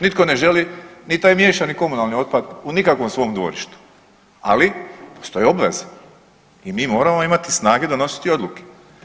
Nitko ne želi ni taj miješani komunalni otpad u nikakvom svom dvorištu, ali postoji obveza i mi moramo imati snage donositi odluke.